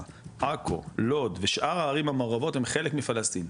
עכו לוד ושאר הערים המעורבות הם חלק מפלסטין.